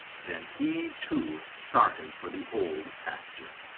then he too started for the old pasture.